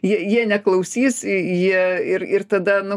jie jie neklausys jie ir ir tada nu